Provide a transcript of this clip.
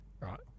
right